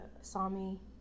Sami